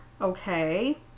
okay